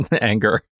anger